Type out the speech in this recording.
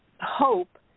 hope